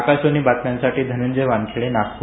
आकाशवाणी बातम्यासाठी धनंजय वानखेडे नागपुर